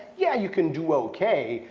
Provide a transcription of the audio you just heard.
yeah, you can do okay,